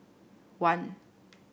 one